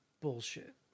bullshit